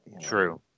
True